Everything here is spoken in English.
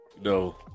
No